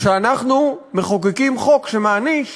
שאנחנו מחוקקים חוק שמעניש